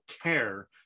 care